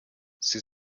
sie